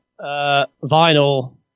vinyl